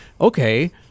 Okay